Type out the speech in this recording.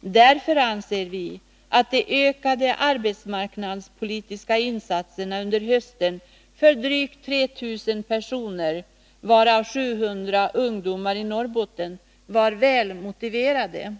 Därför anser vi att de ökade arbetsmarknadspolitiska insatserna under hösten för drygt 3000 personer — varav 700 ungdomar — i Norrbotten var väl motiverade.